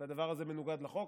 והדבר הזה מנוגד לחוק.